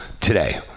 today